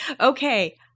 Okay